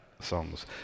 songs